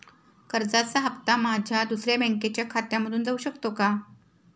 कर्जाचा हप्ता माझ्या दुसऱ्या बँकेच्या खात्यामधून जाऊ शकतो का?